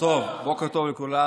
בוקר טוב לכולם.